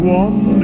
one